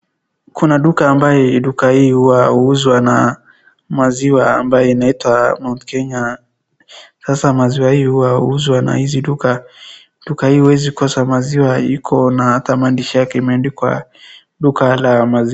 Kuna duka ambaye duka hii hua huuzwa na maziwa ambaye inaitwa Mount Kenya, sasa maziwa hii hua huuzwa na hizi duka, duka hii iwezi kosa maziwa, iko na ata maandishi yake imeandikwa duka la maziwa.